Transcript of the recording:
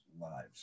lives